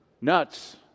nuts